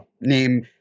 name